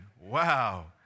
wow